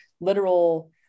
literal